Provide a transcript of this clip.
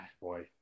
boy